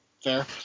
Fair